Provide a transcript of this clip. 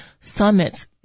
summits